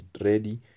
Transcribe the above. ready